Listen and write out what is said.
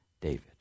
David